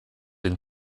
den